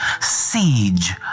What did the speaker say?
siege